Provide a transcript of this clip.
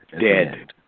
Dead